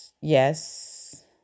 yes